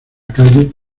calle